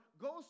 goes